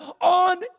on